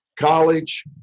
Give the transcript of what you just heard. college